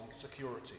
security